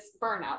burnout